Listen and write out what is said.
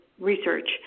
research